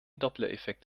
dopplereffekt